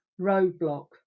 roadblock